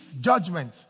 judgment